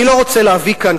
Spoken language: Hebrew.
אני לא רוצה להביא כאן,